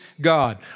God